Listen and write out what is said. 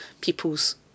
people's